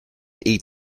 eat